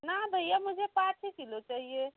ना भैया मुझे पाँच ही किलो चाहिए